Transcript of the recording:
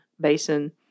Basin